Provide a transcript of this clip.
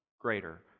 greater